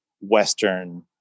Western